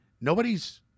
nobody's